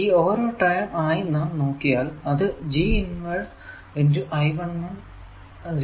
ഈ ഓരോ ടെം ആയി നാം നോക്കിയാൽ അത് G ഇൻവെർസ് × I 1 0 0 എന്നതാണ്